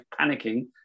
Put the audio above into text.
panicking